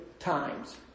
Times